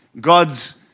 God's